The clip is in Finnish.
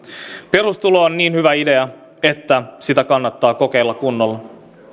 perustulo on niin hyvä idea että sitä kannattaa kokeilla kunnolla